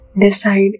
decide